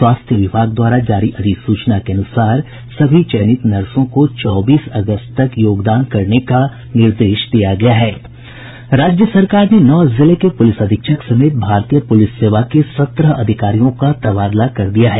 स्वास्थ्य विभाग द्वारा जारी अधिसूचना के अनुसार सभी चयनित नर्सों को चौबीस अगस्त तक योगदान देने का निर्देश दिया गया है राज्य सरकार ने नौ जिले के पूलिस अधीक्षक समेत भारतीय पूलिस सेवा के सत्रह अधिकारियों का तबादला कर दिया है